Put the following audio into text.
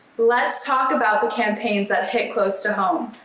let's talk about the campaigns that hit close to home,